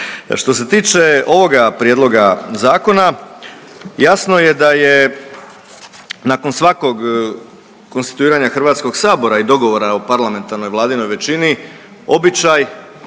Što se tiče ovoga prijedloga zakona, jasno je da je nakon svakog konstituiranja HS-a i dogovora o parlamentarnoj vladinoj većini običaj